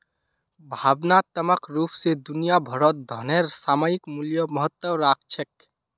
भावनात्मक रूप स दुनिया भरत धनेर सामयिक मूल्य महत्व राख छेक